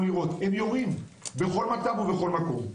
לירות - הם יורים בכל מצב ובכל מקום.